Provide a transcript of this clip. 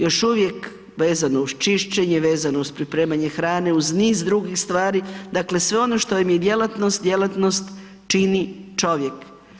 Još uvijek, vezano uz čišćenje, vezano uz pripremanje hrane, uz niz drugih stvari, dakle sve ono što im je djelatnost, djelatnost čini čovjek.